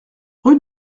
rue